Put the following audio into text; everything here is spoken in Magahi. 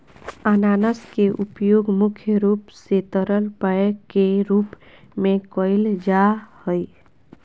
अनानास के उपयोग मुख्य रूप से तरल पेय के रूप में कईल जा हइ